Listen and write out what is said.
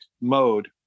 mode